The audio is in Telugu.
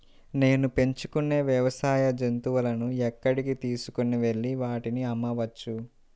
నేను పెంచుకొనే వ్యవసాయ జంతువులను ఎక్కడికి తీసుకొనివెళ్ళి వాటిని అమ్మవచ్చు?